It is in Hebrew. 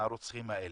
הרוצחים האלה.